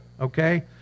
Okay